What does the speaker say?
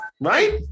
right